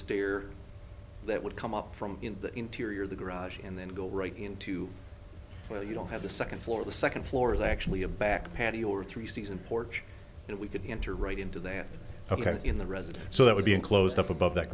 steer that would come up from the interior of the garage and then go right into well you don't have the second floor the second floor is actually a back patio or three season porch that we could enter right into that in the residence so that would be enclosed up above that